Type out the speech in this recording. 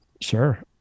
Sure